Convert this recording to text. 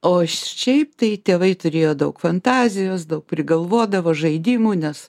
o šiaip tai tėvai turėjo daug fantazijos daug prigalvodavo žaidimų nes